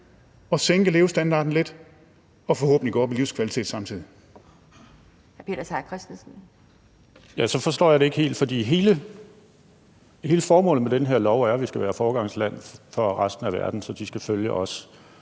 Seier Christensen. Kl. 12:50 Peter Seier Christensen (NB): Så forstår jeg det ikke helt, for hele formålet med den her lov er, at vi skal være foregangsland for resten af verden, så de skal følge os.